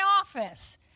office